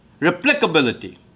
Replicability